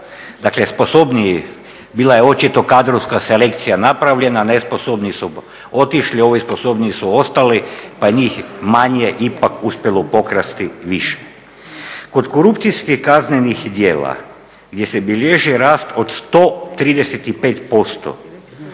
dakle sposobnije. Bila je očito kadrovska selekcija napravljena, nesposobni su otišli ovi sposobniji su ostali pa njih manje ipak uspjelo pokrasti više. Kod korupcijskih kaznenih djela gdje se bilježi rast od 135%